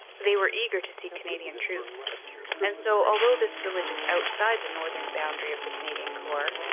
they were eager to see canadian troops and so, although this village is outside the northern boundary of the canadian corps,